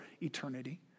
eternity